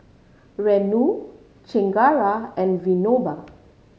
Renu Chengara and Vinoba